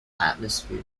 atmosphere